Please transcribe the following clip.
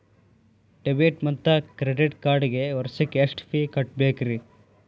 Debit ಮತ್ತು credit ಕಾರ್ಡ್ಗೆ ವರ್ಷಕ್ಕ ಎಷ್ಟ ಫೇ ಕಟ್ಟಬೇಕ್ರಿ?